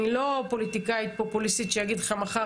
אני לא פוליטיקאית פופוליסטית שאני אגיד לך שמחר